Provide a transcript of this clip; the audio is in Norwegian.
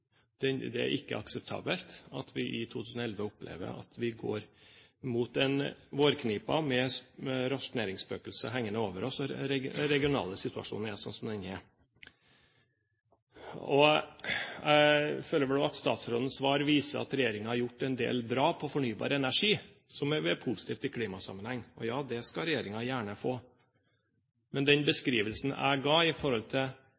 den dommen skal være, men jeg tror ikke man kan komme unna det faktum at forsyningssituasjonen i landet ikke er god nok. Det er ikke akseptabelt at vi i 2011 opplever at vi går mot vårknipa med rasjoneringsspøkelset hengende over oss, og at den regionale situasjonen er som den er. Jeg føler også at statsrådens svar viser at regjeringen har gjort en del bra på fornybar energi, som er positivt i klimasammenheng. Det skal regjeringen gjerne få.